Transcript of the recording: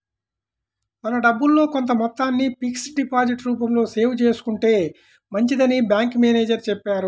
మన డబ్బుల్లో కొంత మొత్తాన్ని ఫిక్స్డ్ డిపాజిట్ రూపంలో సేవ్ చేసుకుంటే మంచిదని బ్యాంకు మేనేజరు చెప్పారు